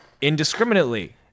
indiscriminately